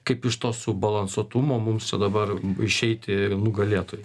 kaip iš to subalansuotumo mums čia dabar išeiti nugalėtoju